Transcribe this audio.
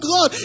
God